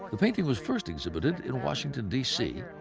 the painting was first exhibited in washington, d c,